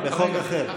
זה בחוק אחר.